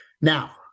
now